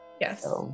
yes